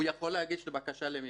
הוא יכול להגיש בקשה למימוש.